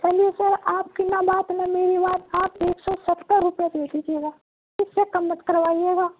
چلیے سر آپ کی نہ بات نہ میری بات آپ ایک سو ستر روپئے دے دیجیے گا اس سے کم مت کروائیے گا